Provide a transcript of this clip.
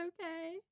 okay